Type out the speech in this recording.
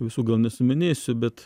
visų gal nesuminėsiu bet